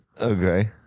Okay